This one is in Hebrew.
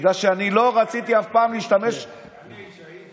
בגלל שלא רציתי אף פעם להשתמש, אני, כשהייתי